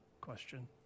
question